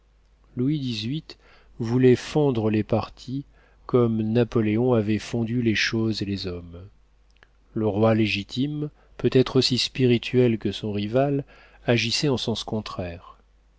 louis xviii voulait fondre les partis comme napoléon avait fondu les choses et les hommes le roi légitime peut-être aussi spirituel que son rival agissait en sens contraire